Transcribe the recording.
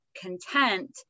content